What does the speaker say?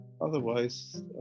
otherwise